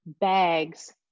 bags